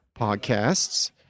podcasts